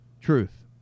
Truth